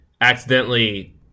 accidentally